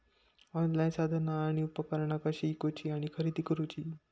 Online साधना आणि उपकरणा कशी ईकूची आणि खरेदी करुची?